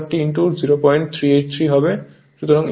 সুতরাং এটি 230 0383 হতে হবে